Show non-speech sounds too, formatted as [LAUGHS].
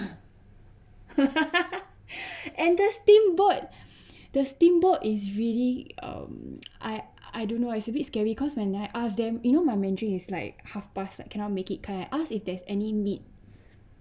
[LAUGHS] and the steamboat the steamboat is really um I I don't know ah it's a bit scary because when I ask them you know my mandarin is like half past like cannot make it kind I ask if there's any meat